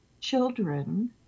children